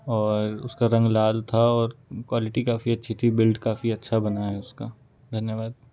और उसका रंग लाल था और क्वालिटी काफ़ी अच्छी थी बिल्ड काफ़ी अच्छा बना है उसका धन्यवाद